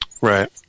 Right